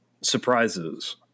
surprises